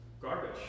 garbage